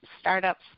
startups